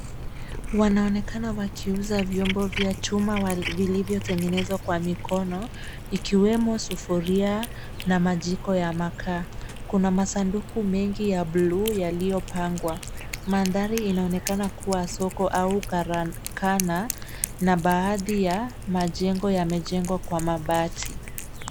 Wanaonekana wakiuza vyombo vya chuma vilivyotengenezwa kwa mikono, ikiwemo sufuria na majiko ya makaa. Kuna masanduku mengi ya buluu yaliyopangwa. Mandhari inaonekana kuwa soko au karakana, na baadhi ya majengo yamejengwa kwa mabati.